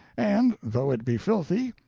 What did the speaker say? and, though it be filthy,